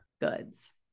goods